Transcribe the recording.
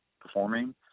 performing